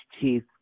chief